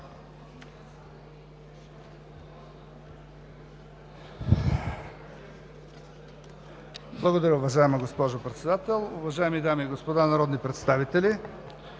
(ОП): Уважаема госпожо Председател, уважаеми дами и господа народни представители!